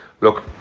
look